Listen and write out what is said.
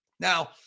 Now